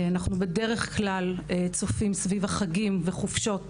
בדרך כלל אנחנו צופים סביב החגים והחופשות